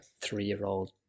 three-year-old